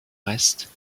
reste